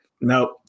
Nope